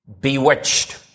bewitched